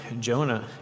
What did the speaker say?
Jonah